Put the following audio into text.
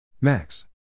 Max